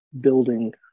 building